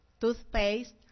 toothpaste